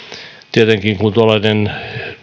tietenkin kun tuollainen